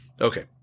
okay